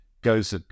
goes